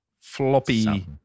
floppy